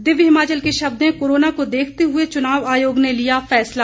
दिव्य हिमाचल के शब्द हैं कोरोना को देखते हुए चुनाव आयोग ने लिया फैसला